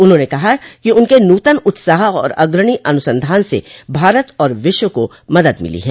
उन्होंने कहा कि उनके नूतन उत्साह और अग्रणी अनुसंधान से भारत और विश्व को मदद मिली है